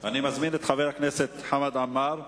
אני מזמין את חבר הכנסת חמד עמאר.